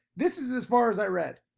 this is as far as i read.